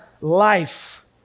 life